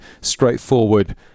straightforward